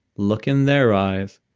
look in their eyes,